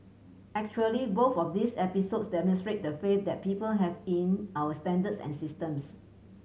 actually both of these episodes demonstrate the faith that people have in our standards and systems